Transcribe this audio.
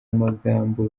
amagambo